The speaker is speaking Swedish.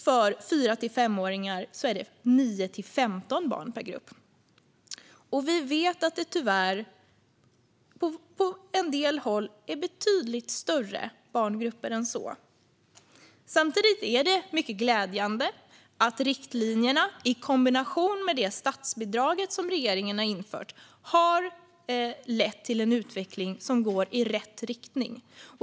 För fyra och femåringar är rekommendationen nio till femton barn per grupp. Vi vet att det tyvärr på en del håll är betydligt större barngrupper än så. Samtidigt är det mycket glädjande att riktlinjerna, i kombination med det statsbidrag som regeringen har infört, har lett till en utveckling som går i rätt riktning.